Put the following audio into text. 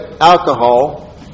alcohol